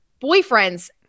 boyfriend's